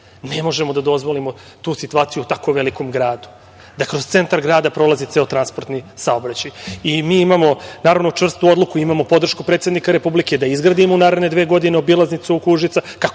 Ne možemo da dozvolimo tu situaciju u tako velikom gradu da kroz centar grada prolazi ceo transportni saobraćaj. Mi imamo, naravno, čvrstu odluku i imamo podršku predsednika Republike da izgradimo u naredne dve godine obilaznicu oko Užica,